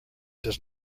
does